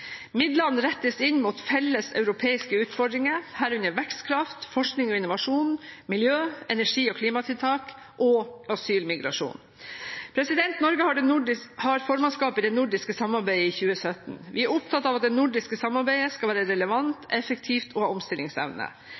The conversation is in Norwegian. Midlene rettes inn mot felles europeiske utfordringer, herunder vekstkraft, forskning og innovasjon, miljø, energi og klimatiltak og asyl/migrasjon. Norge har formannskapet i det nordiske samarbeidet i 2017. Vi er opptatt av at det nordiske samarbeidet skal være relevant, effektivt og ha omstillingsevne.